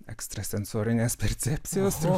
ekstrasensorinės percepcijos